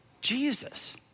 Jesus